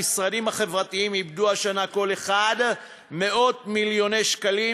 המשרדים חברתיים איבדו השנה כל אחד מאות-מיליוני שקלים,